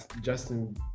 Justin